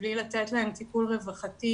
ובלי לתת להם טיפול רווחתי,